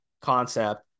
concept